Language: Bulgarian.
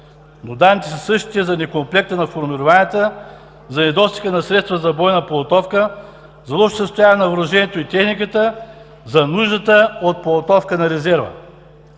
Данните за недокомплекта на формированията, за недостига на средства за бойна подготовка, за лошото състояние на въоръжението и техниката, за нуждата от подготовка на резерва,